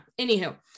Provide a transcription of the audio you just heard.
anywho